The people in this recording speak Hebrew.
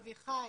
אביחי,